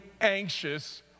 anxious